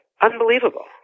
unbelievable